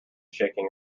shaking